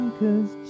cause